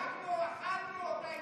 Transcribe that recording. גם אנחנו אכלנו אותה עם הממשלה הזאת.